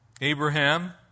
Abraham